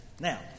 Now